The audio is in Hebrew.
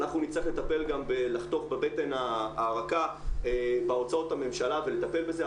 אנחנו נצטרך לטפל גם בלחתוך בבטן הרכה בהוצאות הממשלה ולטפל בזה.